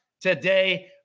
today